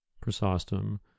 Chrysostom